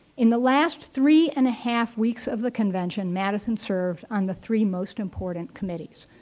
in the last three and a half weeks of the convention, madison served on the three most important committees,